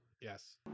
yes